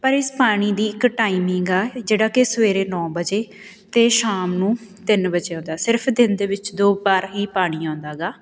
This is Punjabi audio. ਪਰ ਇਸ ਪਾਣੀ ਦੀ ਇੱਕ ਟਾਈਮਿੰਗ ਆ ਜਿਹੜਾ ਕਿ ਸਵੇਰੇ ਨੌ ਵਜੇ ਅਤੇ ਸ਼ਾਮ ਨੂੰ ਤਿੰਨ ਵਜੇ ਆਉਂਦਾ ਸਿਰਫ ਦਿਨ ਦੇ ਵਿੱਚ ਦੋ ਵਾਰ ਹੀ ਪਾਣੀ ਆਉਂਦਾ ਗਾ